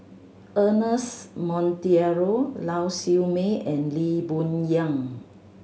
Ernest Monteiro Lau Siew Mei and Lee Boon Yang